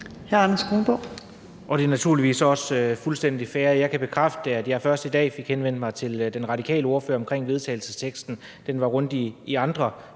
21:17 Anders Kronborg (S): Det er naturligvis også fuldstændig fair. Jeg kan bekræfte, at jeg først i dag henvendte mig til den radikale ordfører omkring vedtagelsesteksten – den var rundt i andre